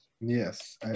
Yes